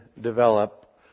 develop